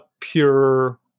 pure